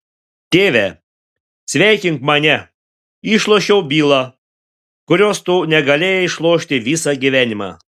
tėve sveikink mane išlošiau bylą kurios tu negalėjai išlošti visą gyvenimą